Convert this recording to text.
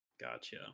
Gotcha